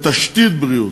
בתשתית בריאות,